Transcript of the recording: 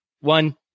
one